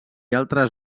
altres